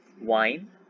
Wine